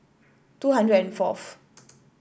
two hundred and fourth